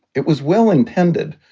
it was well-intended,